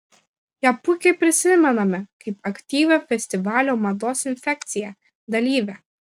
ją puikiai prisimename kaip aktyvią festivalio mados infekcija dalyvę